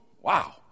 Wow